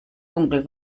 dunkel